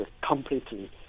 completely